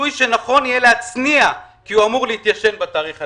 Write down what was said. כיסוי שנכון יהיה להצניע כי הוא אמור להתיישן בתאריך הנקוב.